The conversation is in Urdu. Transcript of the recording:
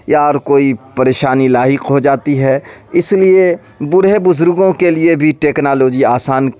یا اور کوئی پریشانی لاحق ہو جاتی ہے اس لیے بوڑھے بزرگوں کے لیے بھی ٹیکنالوجی آسان